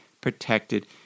protected